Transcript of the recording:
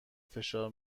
فشار